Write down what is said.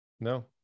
no